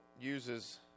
uses